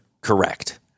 correct